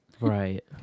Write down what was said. Right